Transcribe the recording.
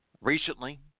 Recently